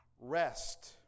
rest